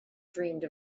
dreamed